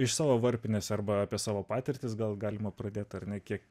iš savo varpinės arba apie savo patirtis gal galima pradėt ar ne kiek